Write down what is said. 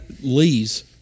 Lee's